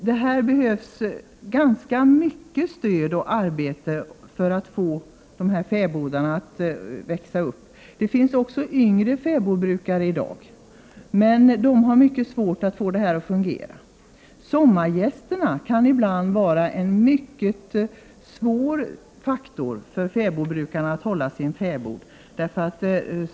Det behövs alltså ganska mycket stöd och arbete för att fäbodarna skall kunna fortleva. Det finns även yngre fäbodbrukare i dag, men de har mycket svårt att få verksamheten att fungera. Sommargästerna kan ibland vara ett mycket svårt hinder för fäbodbrukarna att behålla sin fäbod.